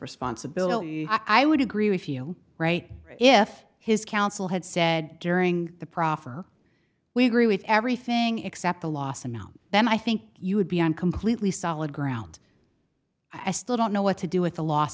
responsibility i would agree with you right if his counsel had said during the proffer we agree with everything except the last amount then i think you would be on completely solid ground i still don't know what to do with the l